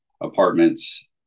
apartments